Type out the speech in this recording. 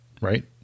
right